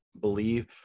believe